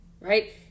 Right